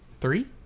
Three